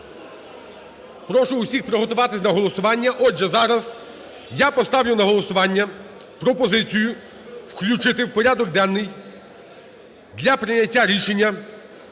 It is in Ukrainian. Прошу усіх приготуватися до голосування. Отже, зараз я поставлю на голосування пропозицію включити в порядок денний для прийняття рішення